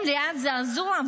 פשוט מזעזע.